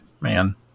man